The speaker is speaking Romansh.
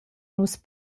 nus